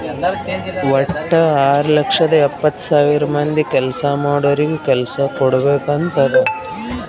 ವಟ್ಟ ಆರ್ ಲಕ್ಷದ ಎಪ್ಪತ್ತ್ ಸಾವಿರ ಮಂದಿ ಕೆಲ್ಸಾ ಮಾಡೋರಿಗ ಕೆಲ್ಸಾ ಕುಡ್ಬೇಕ್ ಅಂತ್ ಅದಾ